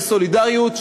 של סולידריות,